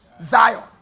Zion